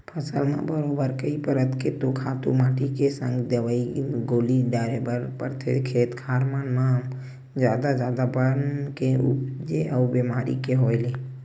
फसल म बरोबर कई परत के तो खातू माटी के संग दवई गोली डारे बर परथे, खेत खार मन म जादा जादा बन के उपजे अउ बेमारी के होय ले